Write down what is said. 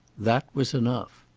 that was enough.